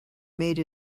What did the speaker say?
made